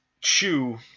Chew